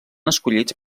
escollits